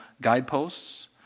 guideposts